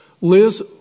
Liz